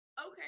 Okay